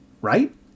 right